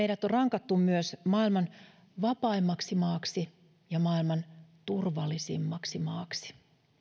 meidät on rankattu myös maailman vapaimmaksi maaksi ja maailman turvallisimmaksi maaksi